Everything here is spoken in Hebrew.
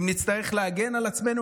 אם נצטרך להגן על עצמנו,